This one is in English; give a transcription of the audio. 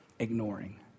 Ignoring